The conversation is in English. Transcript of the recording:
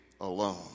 alone